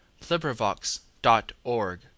LibriVox.org